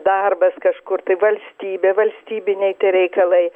darbas kažkur tai valstybė valstybiniai reikalai